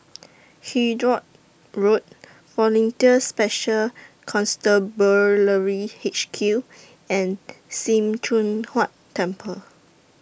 He Driot Road Volunteer Special Constabulary H Q and SIM Choon Huat Temple